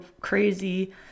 crazy